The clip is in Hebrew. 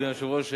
אדוני היושב-ראש,